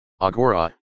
Agora